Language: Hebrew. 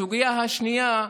הסוגיה השנייה,